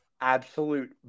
absolute